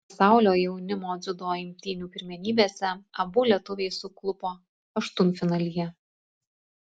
pasaulio jaunimo dziudo imtynių pirmenybėse abu lietuviai suklupo aštuntfinalyje